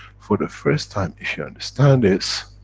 for the first time, if you understand this,